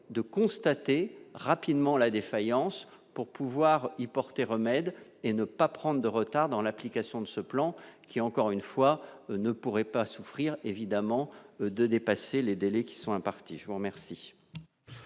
de constater rapidement la défaillance pour pouvoir y porter remède et ne pas prendre de retard dans l'application de ce plan qui, encore une fois, ne pourrait pas souffrir évidemment de dépasser les délais qui sont, je vous remercie.